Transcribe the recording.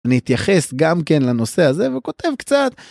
אני אתייחס גם כן לנושא הזה, וכותב קצת.